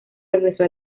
regresó